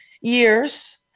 years